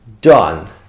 done